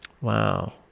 wow